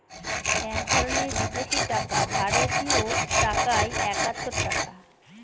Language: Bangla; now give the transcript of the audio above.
এক ধরনের বিদেশি টাকা ভারতীয় টাকায় একাত্তর টাকা